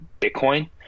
Bitcoin